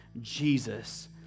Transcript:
Jesus